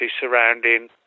surrounding